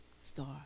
star